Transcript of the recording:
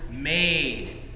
Made